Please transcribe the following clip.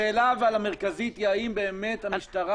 השאלה המרכזית היא האם באמת המשטרה